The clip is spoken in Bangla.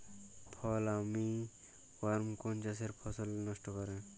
ফল আর্মি ওয়ার্ম কোন চাষের ফসল বেশি নষ্ট করে?